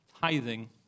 tithing